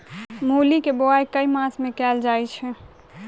मूली केँ बोआई केँ मास मे कैल जाएँ छैय?